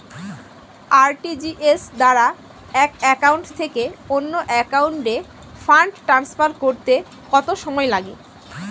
RTGS দ্বারা এক account থেকে অন্য একাউন্টে ফান্ড ট্রান্সফার করতে কত সময় লাগে?